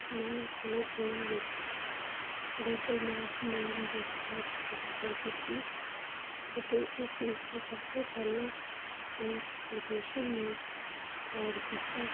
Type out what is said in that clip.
ਮੈਂ ਆਪਣੇ ਫੋਨ ਵਿੱਚ ਗੂਗਲ ਮੈਪ ਨਾਮ ਦੀ ਐਪ ਇੰਸਟੋਲ ਕੀਤੀ ਅਤੇ ਉਸ ਵਿੱਚ ਸਭ ਤੋਂ ਪਹਿਲਾਂ ਆਪਣੀ ਲੋਕੇਸ਼ਨ ਨੂੰ ਐਡ ਕੀਤਾ